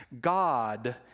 God